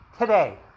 today